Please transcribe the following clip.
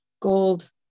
gold